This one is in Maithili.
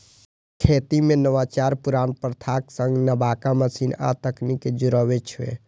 खेती मे नवाचार पुरान प्रथाक संग नबका मशीन आ तकनीक कें जोड़ै छै